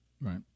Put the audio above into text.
Right